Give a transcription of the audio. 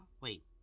Wait